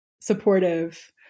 supportive